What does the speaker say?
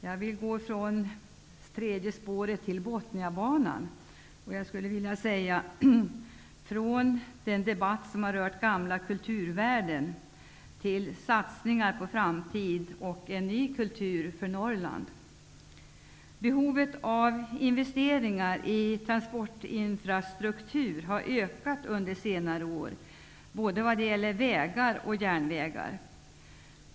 Jag vill gå från det tredje spåret till Botniabanan och från den debatt som har rört gamla kulturvärden till satsningar på framtiden och en ny kultur för Behovet av investeringar i transportinfrastruktur har ökat under senare år, både när det gäller vägar och järnvägar.